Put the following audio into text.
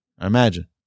imagine